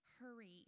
hurry